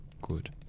Good